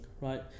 right